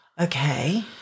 Okay